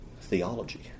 theology